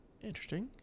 Interesting